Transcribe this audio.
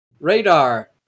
Radar